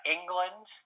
England